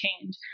change